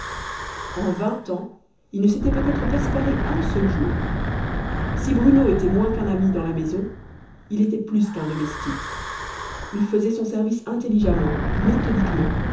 en vingt ans ils ne s'étaient peut-être pas séparés un seul jour si bruno était moins qu'un ami dans la maison il était plus qu'un domestique il faisait son service intelligemment méthodiquement